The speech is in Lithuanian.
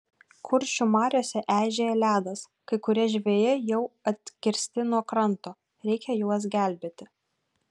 kuršių mariose eižėja ledas kai kurie žvejai jau atkirsti nuo kranto reikia juos gelbėti